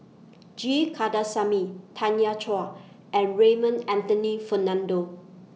G Kandasamy Tanya Chua and Raymond Anthony Fernando